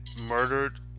murdered